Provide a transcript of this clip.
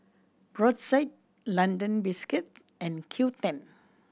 Brotzeit London Biscuits and Qoo ten